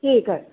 ठीक आहे